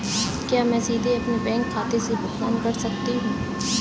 क्या मैं सीधे अपने बैंक खाते से भुगतान कर सकता हूं?